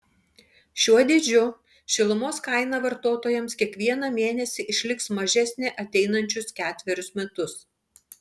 šiuo dydžiu šilumos kaina vartotojams kiekvieną mėnesį išliks mažesnė ateinančius ketverius metus